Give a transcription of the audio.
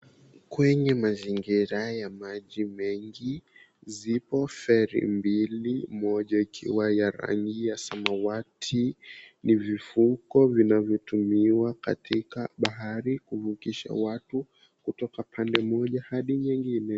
Kwenye mazingira ya maji mengi, zipo feri mbili, moja ikiwa ya rangi ya samawati ni vifuko vinavyotumiwa katika bahari kuvukisha watu kutoka pande moja hadi nyingine.